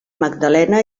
magdalena